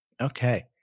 Okay